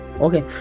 Okay